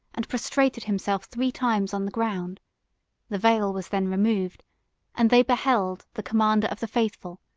and prostrated himself three times on the ground the veil was then removed and they beheld the commander of the faithful,